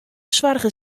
soarge